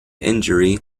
injury